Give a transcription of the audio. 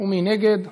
מי נגד?